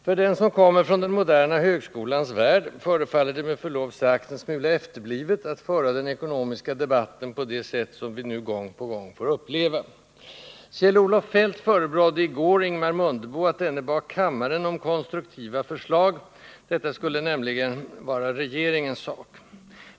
För den som kommer från den moderna ”högskolans” värld förefaller det med förlov sagt en smula efterblivet att föra den ekonomiska debatten på det sätt vi gång på gång får uppleva. Kjell-Olof Feldt förebrådde i går Ingemar Mundebo att denne bad kammaren om konstruktiva förslag; detta skulle nämligen vara regeringens sak.